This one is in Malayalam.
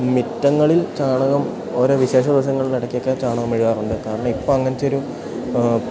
മുറ്റങ്ങളിൽ ചാണകം ഓരോ വിശേഷ ദിവസങ്ങൾക്ക് ഇടക്കൊക്കെ ചാണകം മെഴുകാറുണ്ട് കാരണം ഇപ്പം അങ്ങനത്തൊരു